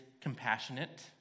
compassionate